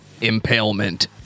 Impalement